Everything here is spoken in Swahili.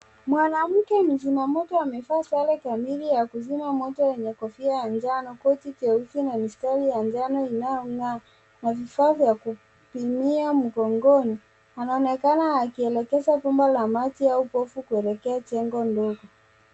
Mwanamke mzima moto amevaa sare kamili ya kuzima moto yenye lofia ya njano, koti jeupe na mistari ya njano inayong'aa na vifaa vya kuzimia mgongoni. Anaonekana akielekeza bomba la maji au povu kuelekea jengo ndogo.